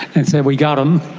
and said we got em,